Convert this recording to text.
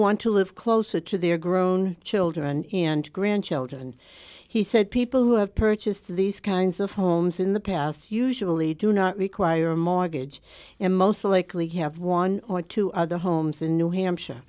want to live closer to their grown children and grandchildren he said people who have purchased these kinds of homes in the past usually do not require a mortgage and most likely have one or two other homes in new hampshire